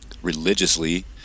religiously